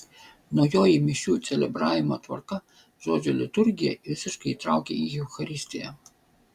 naujoji mišių celebravimo tvarka žodžio liturgiją visiškai įtraukia į eucharistiją